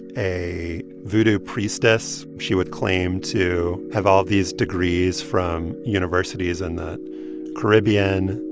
a voodoo priestess. she would claim to have all these degrees from universities in the caribbean.